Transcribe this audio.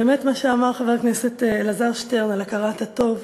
באמת מה שאמר חבר הכנסת אלעזר שטרן על הכרת הטוב,